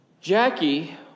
Jackie